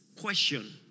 question